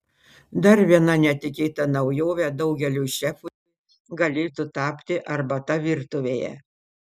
dar viena netikėta naujove daugeliui šefų galėtų tapti arbata virtuvėje